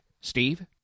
Steve